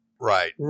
right